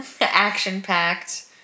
action-packed